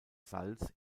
salz